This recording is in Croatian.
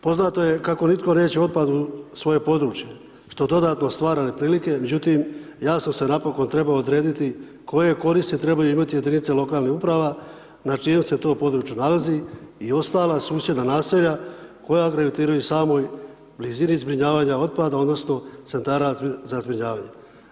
Poznato je kako nitko neće otpad u svoje područje, što dodatno stvara neprilike, međutim, jasno se napokon treba odrediti, koje koristi trebaju imati jedinice lokalne samouprave, na čijem se to području nalazi i ostala susjedna naselja, koja … u samoj blizini zbrinjavanju otpada, odnosno, centara za zbrinjavanja.